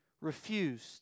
refused